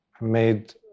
made